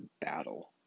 battle